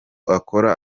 akora